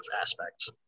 aspects